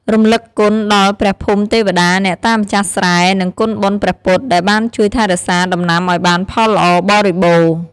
រំឭកគុណ ដល់ព្រះភូមិទេវតា អ្នកតាម្ចាស់ស្រែ និងគុណបុណ្យព្រះពុទ្ធ ដែលបានជួយថែរក្សាដំណាំឱ្យបានផលល្អបរិបូរណ៍។